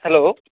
hello